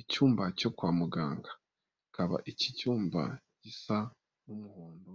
Icyumba cyo kwa muganga akaba iki cyumba gisa n'umuhondo,